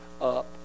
up